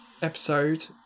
episode